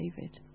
David